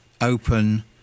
open